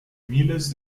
miles